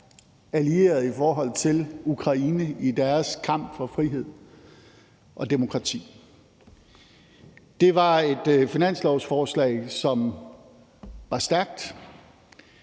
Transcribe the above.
allieret i forhold til Ukraine og deres kamp for frihed og demokrati. Det var et finanslovsforslag, som var stærkt,